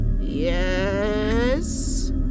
Yes